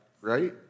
right